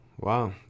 Wow